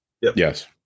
Yes